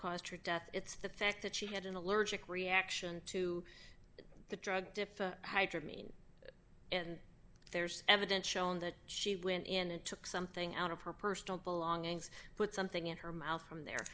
her death it's the fact that she had an allergic reaction to the drug defer mean and there's evidence showing that she went in and took something out of her personal belongings put something in her mouth from there